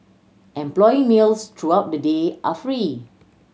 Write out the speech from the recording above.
employee meals throughout the day are free